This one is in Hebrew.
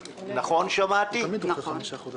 לא נכון ולא צודק ואנחנו צריכים להילחם שזה ייכנס עכשיו,